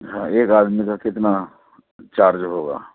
ہاں ایک آدمی کا کتنا چارج ہوگا